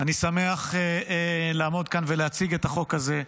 אני שמח לעמוד כאן ולהציג את החוק הזה,